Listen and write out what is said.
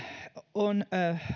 on